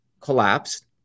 collapsed